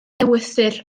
ewythr